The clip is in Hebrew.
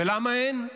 ולמה אין?